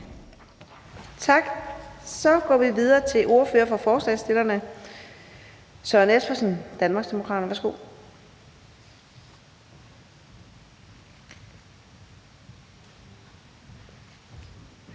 Tak. Så går vi videre til ordføreren for forslagsstillerne, Søren Espersen, Danmarksdemokraterne. Værsgo.